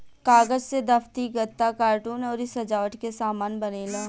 कागज से दफ्ती, गत्ता, कार्टून अउरी सजावट के सामान बनेला